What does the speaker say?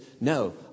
no